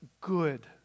good